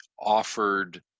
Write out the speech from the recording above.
offered